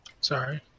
Sorry